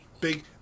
Big